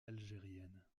algériennes